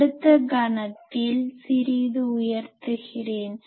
அடுத்த கணத்தில் சிறிது உயர்த்துகிறேன்